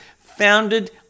founded